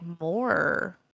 more